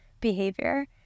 behavior